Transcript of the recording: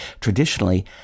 Traditionally